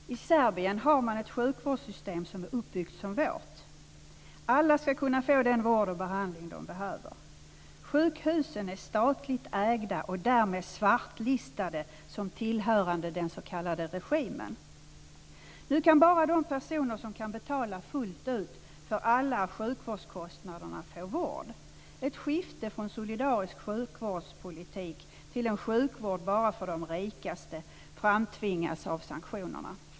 Fru talman! I Serbien har man ett sjukvårdssystem som är uppbyggt som vårt. Alla ska kunna få den vård och behandling de behöver. Sjukhusen är statligt ägda och därmed svartlistade som tillhörande den s.k. regimen. Nu kan bara de personer som kan betala fullt ut för alla sjukvårdskostnaderna få vård. Ett skifte från solidarisk sjukvårdspolitik till en sjukvård bara för de rikaste framtvingas av sanktionerna.